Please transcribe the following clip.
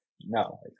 No